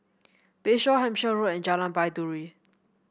Bayshore Hampshire Road and Jalan Baiduri